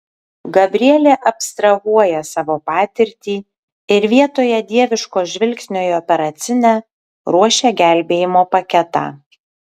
gabrielė abstrahuoja savo patirtį ir vietoje dieviško žvilgsnio į operacinę ruošia gelbėjimo paketą